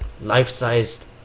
Life-sized